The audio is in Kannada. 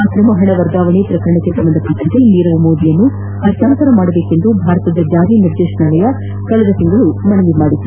ಆಕ್ರಮ ಹಣ ವರ್ಗಾವಣೆ ಪ್ರಕರಣಕ್ಕೆ ಸಂಬಂಧಿಸಿದಂತೆ ನೀರವ್ ಮೋದಿಯನ್ನು ಹಸ್ತಾಂತರ ಮಾಡಬೇಕೆಂದು ಭಾರತದ ಜಾರಿ ನಿರ್ದೇಶನಾಲಯ ಕಳೆದ ತಿಂಗಳು ಮನವಿ ಮಾಡಿತ್ತು